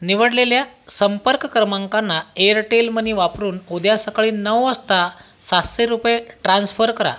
निवडलेल्या संपर्क क्रमांकांना एअरटेल मनी वापरून उद्या सकाळी नऊ वासता सातशे रुपये ट्रान्स्फर करा